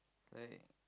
I